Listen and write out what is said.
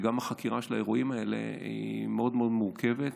גם החקירה של האירועים האלה מאוד מאוד מורכבת.